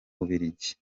bubirigi